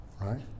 Right